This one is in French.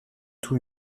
tout